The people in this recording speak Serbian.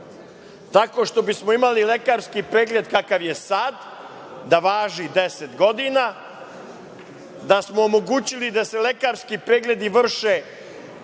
tako što bismo imali lekarski pregled kakav je sad, da važi 10 godina, da smo omogućili da se lekarski pregledi vrše